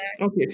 Okay